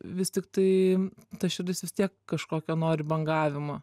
vis tiktai ta širdis vis tiek kažkokio nori bangavimo